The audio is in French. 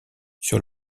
sur